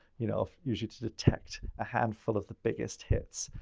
you know, usually to detect a handful of the biggest hits.